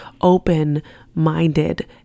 open-minded